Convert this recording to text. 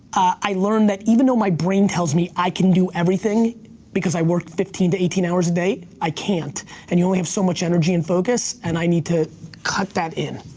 i learned that even though my brain tells me i can do everything because i work fifteen to eighteen hours a day, i can't and you only have so much energy and focus and i need to cut that in.